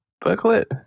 booklet